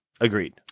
Agreed